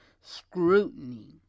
scrutiny